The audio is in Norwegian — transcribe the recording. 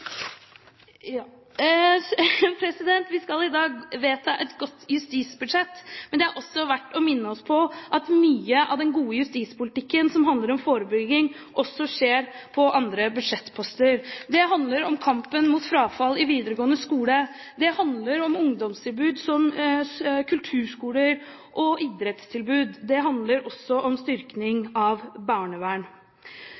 Vi skal i dag vedta et godt justisbudsjett. Men det er også verdt å minne om at mye av den gode justispolitikken, som handler om forebygging, også skjer på andre budsjettposter. Det handler om kampen mot frafall i videregående skole, det handler om ungdomstilbud, som kulturskoler og idrettstilbud, og det handler også om styrking